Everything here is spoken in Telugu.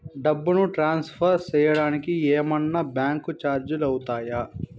డబ్బును ట్రాన్స్ఫర్ సేయడానికి ఏమన్నా బ్యాంకు చార్జీలు అవుతాయా?